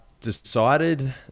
decided